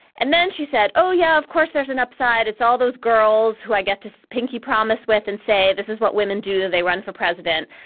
and then she said, oh, yeah, of course, there's an upside. it's all those girls who i get to pinky promise with and say, this is what women do that they run for president.